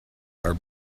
are